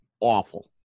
awful